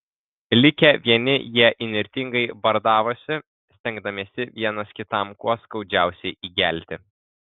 likę vieni jie įnirtingai bardavosi stengdamiesi vienas kitam kuo skaudžiausiai įgelti